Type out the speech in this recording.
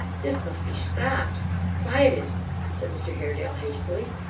this must be stopped quieted said mr haredale, hastily.